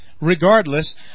Regardless